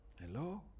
Hello